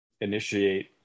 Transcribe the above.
Initiate